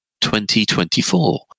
2024